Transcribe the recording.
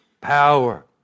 power